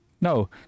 No